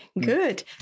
Good